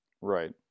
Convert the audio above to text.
Right